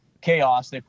chaos